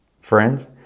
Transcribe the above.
friends